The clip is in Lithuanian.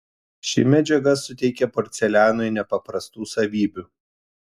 ši medžiaga suteikia porcelianui nepaprastų savybių